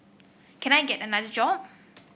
can I get another job